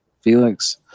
Felix